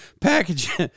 package